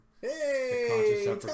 hey